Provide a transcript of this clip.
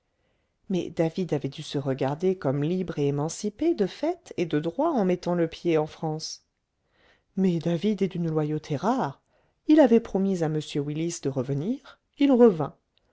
mais david avait dû se regarder comme libre et émancipé de fait et de droit en mettant le pied en france mais david est d'une loyauté rare il avait promis à m willis de revenir il revint